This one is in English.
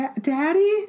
Daddy